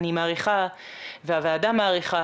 אני מעריכה והוועדה מעריכה,